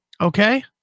Okay